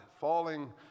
falling